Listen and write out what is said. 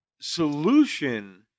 solution